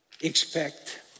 expect